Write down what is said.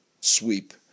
sweep